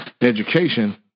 education